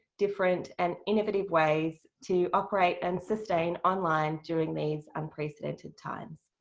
different, and innovative ways to operate and sustain online during these unprecedented times.